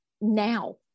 now